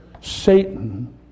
Satan